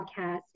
podcast